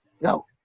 No